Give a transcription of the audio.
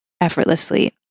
Effortlessly